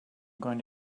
going